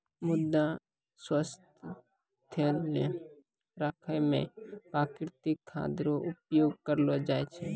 मृदा स्वास्थ्य राखै मे प्रकृतिक खाद रो उपयोग करलो जाय छै